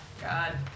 God